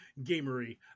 gamery